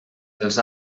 els